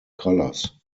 colors